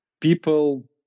people